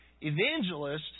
evangelists